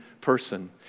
person